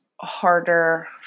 harder